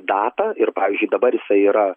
datą ir pavyzdžiui dabar jisai yra